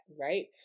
right